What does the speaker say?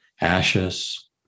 ashes